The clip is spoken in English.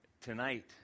Tonight